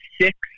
six